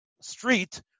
street